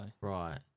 Right